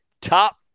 top